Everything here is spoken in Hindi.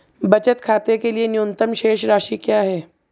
बचत खाते के लिए न्यूनतम शेष राशि क्या है?